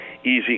easy